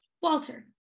Walter